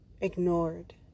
ignored